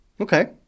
Okay